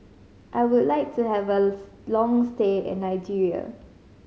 I would like to have a long stay in Nigeria